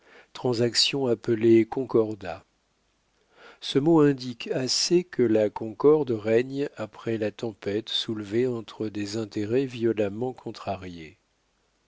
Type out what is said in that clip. transaction appelée concordat ce mot indique assez que la concorde règne après la tempête soulevée entre des intérêts violemment contrariés